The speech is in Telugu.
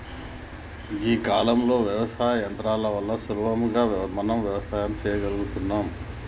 గీ కాలంలో యవసాయంలో యంత్రాల వల్ల సులువుగా మనం వ్యవసాయం సెయ్యగలుగుతున్నం